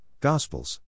Gospels